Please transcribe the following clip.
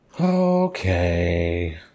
Okay